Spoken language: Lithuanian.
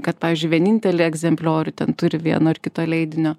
kad pavyzdžiui vienintelį egzempliorių ten turi vieno ar kito leidinio